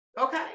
okay